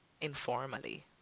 informally